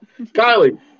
Kylie